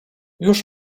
już